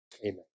Amen